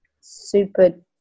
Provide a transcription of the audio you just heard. super